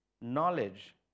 knowledge